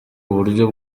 uburyo